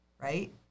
right